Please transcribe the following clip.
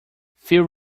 few